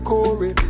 Corey